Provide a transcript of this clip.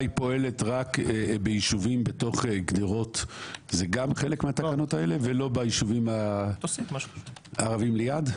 פועל רק בתוך יישובים בתוך גדרות ולא ביישובים הערבים ליד,